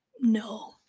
no